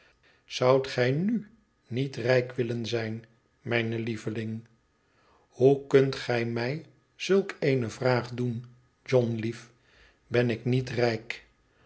zoudt gij nu niet rijk willen zijn mijne lieveling hoe kunt gij mij zulk eene vraag doen john lief ben ik niet rijk